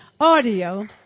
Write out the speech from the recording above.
Audio